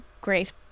great